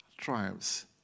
triumphs